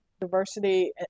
diversity